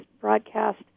broadcast